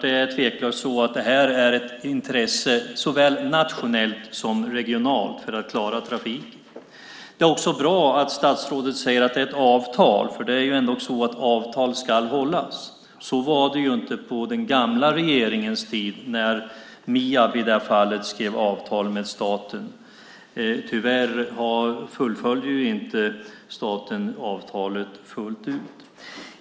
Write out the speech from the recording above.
Det är tveklöst så att detta är ett intresse såväl nationellt som regionalt för att klara trafiken. Det är också bra att statsrådet säger att det är ett avtal. Det är ändå så att avtal ska hållas. Så var det inte på den gamla regeringens tid när Miab i det här fallet skrev avtal med staten. Tyvärr fullföljde staten inte avtalet fullt ut.